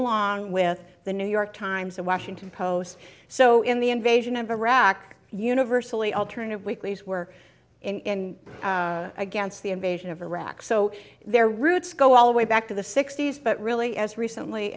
along with the new york times the washington post so in the invasion of iraq universally alternative weeklies were in against the invasion of iraq so their roots go all the way back to the sixty's but really as recently